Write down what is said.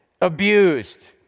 abused